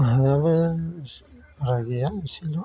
हायाबो बारा गैया एसेल'